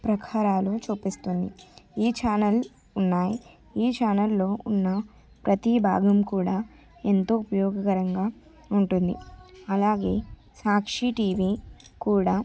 ప్రకారాలు చూపిస్తుంది ఈ ఛానల్ ఉన్నాయి ఈ ఛానల్లో ఉన్న ప్రతి భాగం కూడా ఎంతో ఉపయోగకరంగా ఉంటుంది అలాగే సాక్షీ టీవీ కూడా